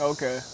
Okay